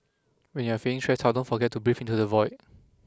when you are feeling stressed out don't forget to breathe into the void